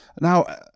Now